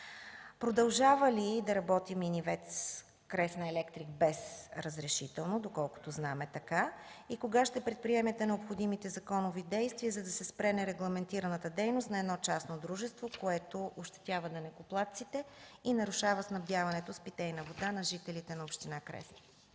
Продължава ли да работи мини ВЕЦ „Кресна Електрик” без разрешително? Доколкото знам е така. Кога ще предприемете необходимите законови действия, за да се спре нерегламентираната дейност на едно частно дружество, което ощетява данъкоплатците и нарушава снабдяването с питейна вода на жителите на община Кресна?